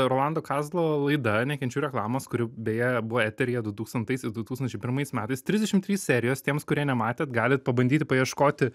rolando kazlo laida nekenčiu reklamos kuri beje buvo eteryje du tūkstantaisiais du tūkstančiai pirmais metais trisdešimt trys serijos tiems kurie nematėt galit pabandyti paieškoti